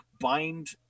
bind